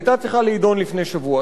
היתה צריכה להידון לפני שבוע.